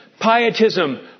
pietism